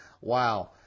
wow